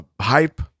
hype